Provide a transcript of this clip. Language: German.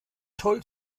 toll